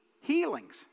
healings